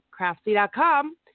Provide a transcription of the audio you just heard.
Craftsy.com